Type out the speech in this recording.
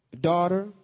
Daughter